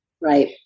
right